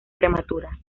prematura